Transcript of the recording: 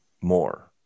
More